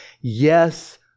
yes